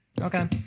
Okay